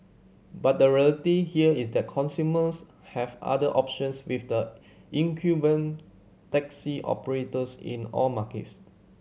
but the reality here is that consumers have other options with the incumbent taxi operators in all markets